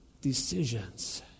decisions